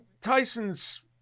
Tyson's